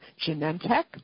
Genentech